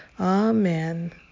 Amen